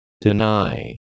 Deny